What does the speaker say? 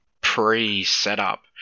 pre-setup